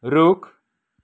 रुख